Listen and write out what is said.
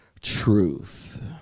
truth